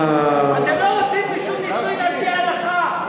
אתם לא רוצים רישום נישואים על-פי ההלכה.